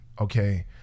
okay